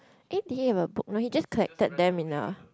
eh did he have a book no he just collected them in a